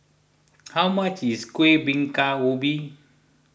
how much is Kuih Bingka Ubi